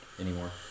anymore